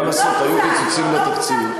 מה לעשות, היו קיצוצים בתקציב.